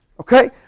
Okay